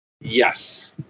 Yes